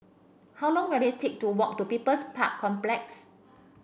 how long will it take to walk to People's Park Complex